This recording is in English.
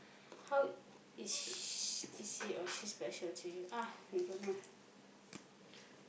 how is s~ he or she special to you ah dunno lah